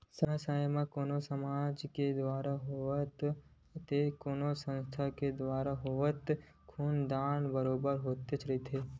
समे समे म कोनो समाज के दुवारा होवय ते कोनो संस्था के दुवारा होवय खून दान बरोबर होतेच रहिथे